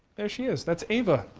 there she is, that's ava.